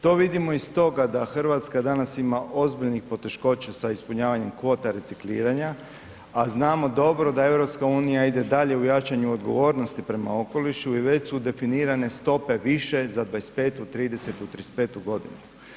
To vidimo iz toga da Hrvatska danas ima ozbiljnih poteškoća sa ispunjavanjem kvota recikliranja, a znamo dobro da EU ide dalje u jačanju odgovornosti prema okolišu i već su definirane stope više za 2025., 2030., 2035. godinu.